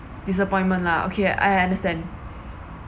disappointment lah okay I understand